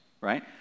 right